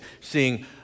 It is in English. seeing